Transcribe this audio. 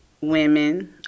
women